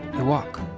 you walk.